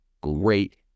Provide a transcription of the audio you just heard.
Great